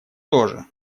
тоже